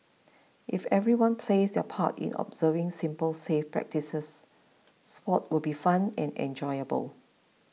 if everyone plays their part in observing simple safe practices sports will be fun and enjoyable